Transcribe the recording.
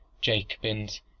jacobins